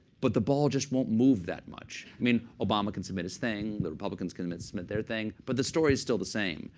but the ball just won't move that much. i mean, obama can submit his thing. the republicans can submit submit their thing. but the story is still the same.